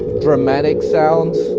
dramatic sound,